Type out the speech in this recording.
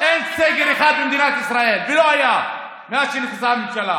אין סגר אחד במדינת ישראל ולא היה מאז שנכנסה הממשלה.